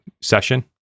session